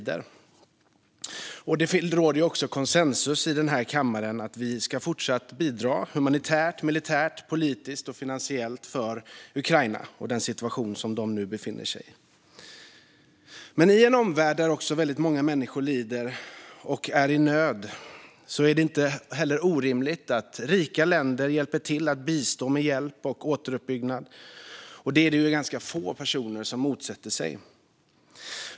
Det råder också konsensus i den här kammaren om att vi ska fortsätta att bidra humanitärt, militärt, politiskt och finansiellt för att hjälpa Ukraina i den situation som det landet befinner sig i. I en omvärld där många människor lider och är i nöd är det inte heller orimligt att rika länder bistår med hjälp och återuppbyggnad. Detta är det ganska få personer som motsätter sig.